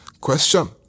Question